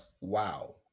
wow